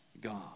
God